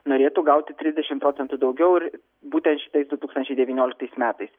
norėtų gauti trisdešim procentų daugiau ir būtent šitais du tūkstančiai devynioliktais metais